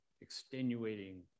extenuating